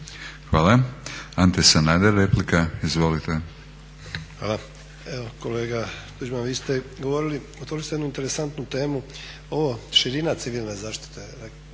Hvala. Ante Sanader, replika, izvolite. **Sanader, Ante (HDZ)** Hvala. Evo kolega Tuđman vi ste govorili, otvorili ste jednu interesantnu temu, ovo širina civilne zaštite,